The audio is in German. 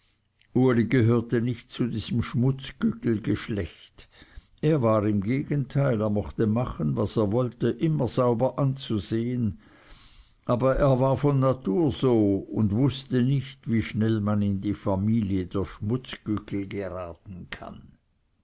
uli gehörte nicht zu diesem schmutzgüggelgeschlecht er war im gegenteil er mochte machen was er wollte immer sauber anzusehen aber er war von natur so und wußte nicht wie schnell man in die familie der schmutzgüggel geraten kann